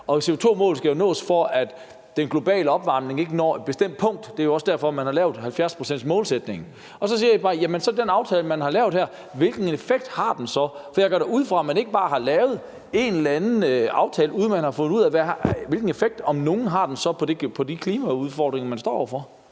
og CO2-målet skal jo nås, for at den globale opvarmning ikke når et bestemt punkt. Det er også derfor, man har lavet 70-procentsmålsætningen. Så spørger jeg bare, hvilken effekt den aftale, man har lavet her, så har, for jeg går da ud fra, at man ikke bare har lavet en eller anden aftale, uden at man har fundet ud af, hvilken effekt – om nogen – den så har på de klimaudfordringer, man står over for.